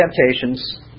temptations